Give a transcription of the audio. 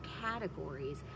categories